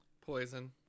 poison